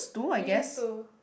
you used to